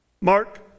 Mark